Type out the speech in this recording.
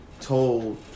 told